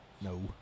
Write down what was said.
No